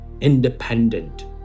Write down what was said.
independent